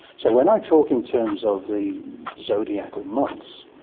so when i talk in terms of the zodiacal months,